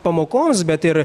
pamokoms bet ir